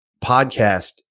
podcast